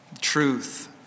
truth